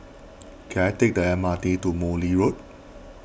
can I take the M R T to Morley Road